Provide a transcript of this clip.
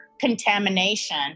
contamination